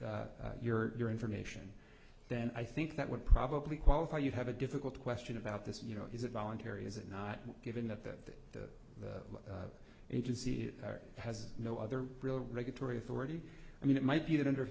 your your information then i think that would probably qualify you have a difficult question about this you know is it voluntary is it not given that the agency has no other real regulatory authority i mean it might be that under